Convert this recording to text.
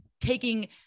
taking